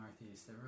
Northeast